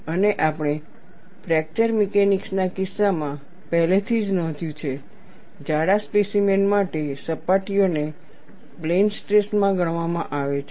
અને આપણે fracture mechanics ના કિસ્સામાં પહેલેથી જ નોંધ્યું છે જાડા સ્પેસિમેન્સ માટે સપાટીઓને પ્લેન સ્ટ્રેસ માં ગણવામાં આવે છે